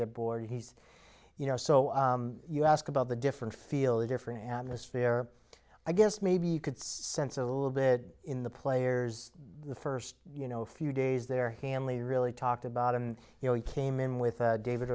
get bored he's you know so you ask about the different feeling different atmosphere i guess maybe you could sense a little bit in the players the first you know a few days there hamley really talked about and you know he came in with a david